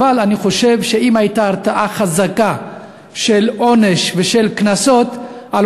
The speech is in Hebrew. אבל אני חושב שאם הייתה הרתעה חזקה של עונש ושל קנסות על